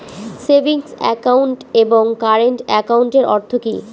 Savings account এবং current একাউন্টের অর্থ কি?